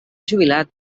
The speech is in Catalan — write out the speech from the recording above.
jubilat